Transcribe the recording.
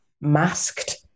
masked